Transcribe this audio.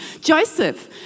Joseph